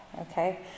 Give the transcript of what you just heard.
okay